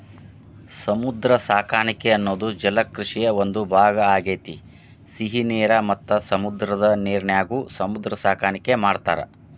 ಸಮುದ್ರ ಸಾಕಾಣಿಕೆ ಅನ್ನೋದು ಜಲಕೃಷಿಯ ಒಂದ್ ಭಾಗ ಆಗೇತಿ, ಸಿಹಿ ನೇರ ಮತ್ತ ಸಮುದ್ರದ ನೇರಿನ್ಯಾಗು ಸಮುದ್ರ ಸಾಕಾಣಿಕೆ ಮಾಡ್ತಾರ